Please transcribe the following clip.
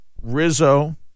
Rizzo